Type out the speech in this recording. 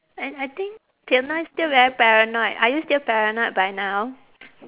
I I think till now you're still very paranoid are you still paranoid by now